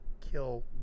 kill